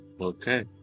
okay